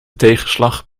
tegenslag